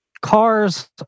cars